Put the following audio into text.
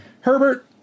herbert